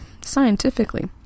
scientifically